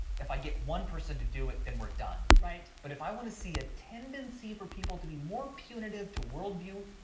if i get one person to do it, then we're done. but if i wanna see a tendency for people to be more punitive to worldview,